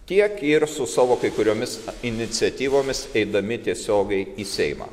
tiek ir su savo kai kuriomis iniciatyvomis eidami tiesiogiai į seimą